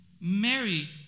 Mary